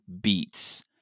beats